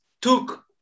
took